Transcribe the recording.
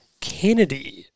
Kennedy